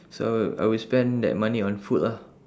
so I will spend that money on food lah